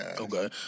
Okay